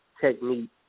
technique